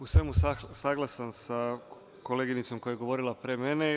U svemu saglasan sam sa koleginicom koja je govorila pre mene.